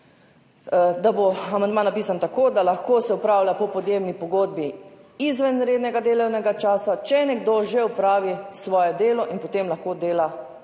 da bo amandma napisan tako, da se lahko se opravlja po podjemni pogodbi izven rednega delovnega časa, če nekdo že opravi svoje delo in potem lahko dela še